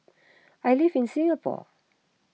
I live in Singapore